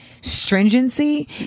stringency